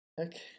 Okay